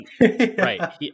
right